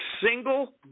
single